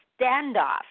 standoff